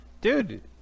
Dude